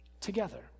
together